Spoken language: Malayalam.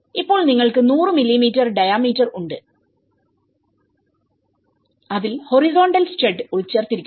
ഇപ്പോൾ നിങ്ങൾക്ക് 100 മില്ലിമീറ്റർഡൈയമീറ്റർഉണ്ട് അതിൽ ഹൊറിസോൺടൽ സ്റ്റഡ്ഉൾച്ചേർത്തിരിക്കുന്നു